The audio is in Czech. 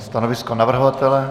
Stanovisko navrhovatele?